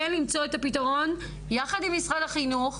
כן למצוא את הפתרון, יחד עם משרד החינוך,